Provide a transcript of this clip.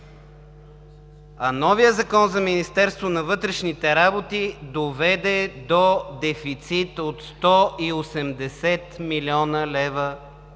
а новият Закон за Министерството на вътрешните работи доведе до дефицит от 180 млн. лв.